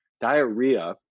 diarrhea